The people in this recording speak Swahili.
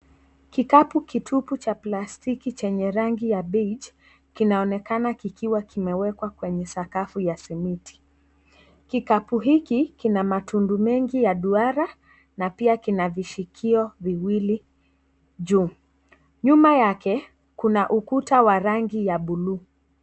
Kikapu tupu cha plastiki yenye rangi ya bleach kinaonekana kikiwa kinewekwa kwa sakafu ya simiti. Kikapu hiki kina matundu mengi ya duara na kina vishikio viwili juu. Nyuma yake kuna ukuta wa rangi ya blue .